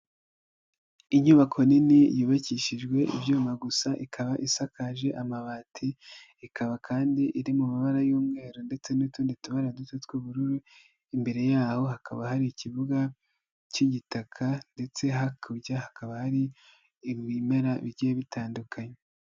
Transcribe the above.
Inyubako nini yubakishijwe ibyuma gusa, ikaba isakaje amabati, ikaba kandi iri mu mabara y'umweru ndetse n'utundi tubara duto tw'ubururu, imbere yaho hakaba hari ikibuga k'igitaka ndetse hakurya hakaba hari ibimera bigiye bitandukanye.